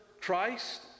Christ